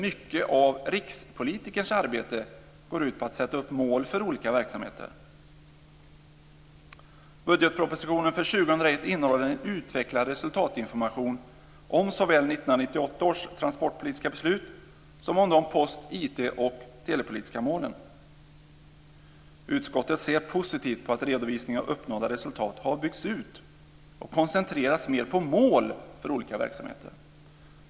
Mycket av rikspolitikerns arbete går ut på att sätta upp mål för olika verksamheter. Budgetpropositionen för 2001 innehåller en utvecklad resultatinformation om såväl 1998 års transportpolitiska beslut som de post-, IT och telepolitiska målen. Utskottet ser positivt på att redovisningen av uppnådda resultat har byggts ut och koncentrerats mer på mål för olika verksamheter.